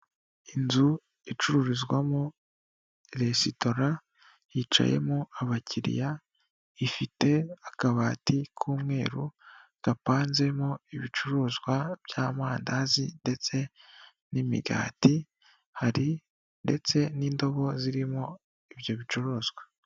Inzu icururizwamo resitora yicayemo abakiriya ifite akabati k'umweru gapanzemo ibicuruzwa by'amandazi ndetse n'imigati, hari ndetse n'indobo zirimo ibyo bicuruzwa.